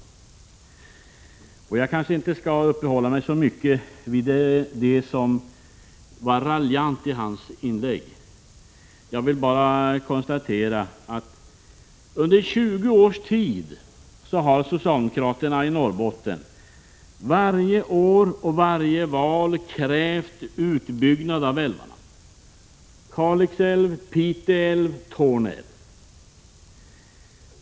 Men jag skall kanske inte uppehålla mig så mycket vid det som var raljant i inlägget. Jag vill bara konstatera att socialdemokraterna i Norrbotten under 20 års tid i samband med varje val har krävt utbyggnad av älvarna — Kalixälven, Piteälven och Torneälven.